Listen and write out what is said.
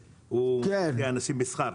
הרכב.